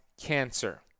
cancer